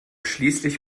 schließlich